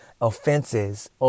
offenses